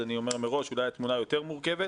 אז אני אומר מראש אולי התמונה יותר מורכבת.